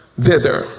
thither